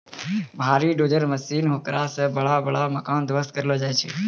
भारी dozer machine हेकरा से बड़ा बड़ा मकान ध्वस्त करलो जाय छै